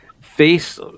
face